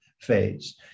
phase